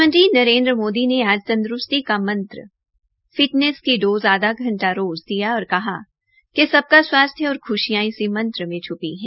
प्रधानमंत्री नरेन्द्र मोदी ने आज तंदरूस्ती का मंत्र फिटनेस की डोज़ आधा घंटा रोज दिया और कहा कि सबका स्वास्थ्य और ख्शियां इसी मंत्र में छ्पी है